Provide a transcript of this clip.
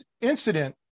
incident